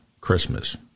Christmas